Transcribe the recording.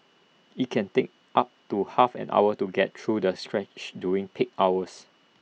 IT can take up to half an hour to get through the stretch during peak hours